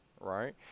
right